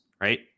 right